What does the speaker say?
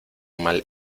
mal